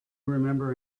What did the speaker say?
remember